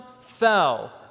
fell